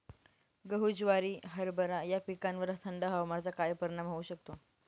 गहू, ज्वारी, हरभरा या पिकांवर थंड हवामानाचा काय परिणाम होऊ शकतो?